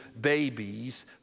babies